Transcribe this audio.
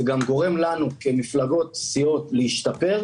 זה גם גורם לנו כמפלגות וסיעות להשתפר.